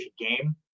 game